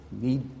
need